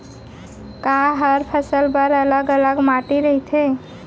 का हर फसल बर अलग अलग माटी रहिथे?